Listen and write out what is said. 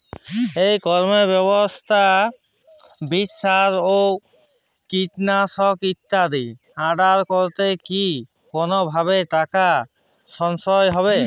ই কমার্সের সাহায্যে বীজ সার ও কীটনাশক ইত্যাদি অর্ডার করলে কি কোনোভাবে টাকার সাশ্রয় হবে?